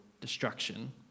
destruction